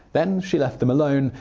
then, she left them alone,